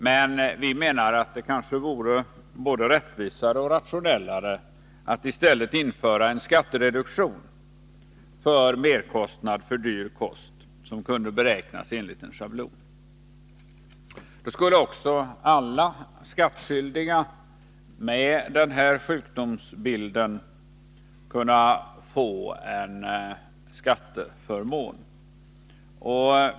Men vi menar att det kanske vore både rättvisare och rationellare att i stället införa en skattereduktion för merkostnad för dyr kost, som kunde beräknas enligt en schablon. Då skulle också alla skattskyldiga med den här sjukdomsbilden kunna få en skatteförmån.